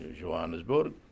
Johannesburg